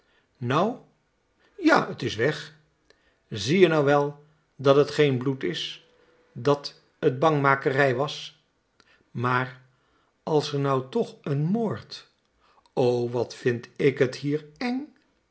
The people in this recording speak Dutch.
nou ja t is weg zie je nou wel dat t geen bloed is dat t bangmakerij was maar als er nou toch n moord wat vind ik t hier e